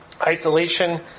Isolation